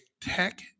tech